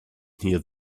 here